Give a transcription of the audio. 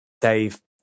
Dave